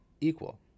equal